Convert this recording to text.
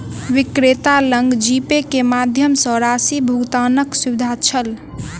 विक्रेता लग जीपे के माध्यम सॅ राशि भुगतानक सुविधा छल